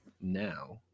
Now